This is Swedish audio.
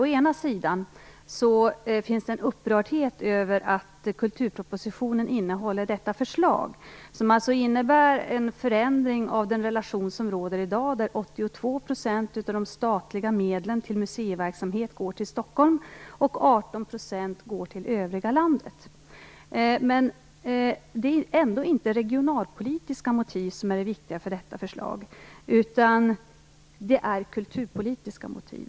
Det finns en upprördhet över att kulturpropositionen innehåller detta förslag, som innebär en förändring av den relation som råder i dag, där 82 % av de statliga medlen till musieverksamhet går till Stockholm och 18 % går till övriga landet. Men det är ändå inte regionalpolitiska motiv som är det viktiga bakom förslaget utan kulturpolitiska motiv.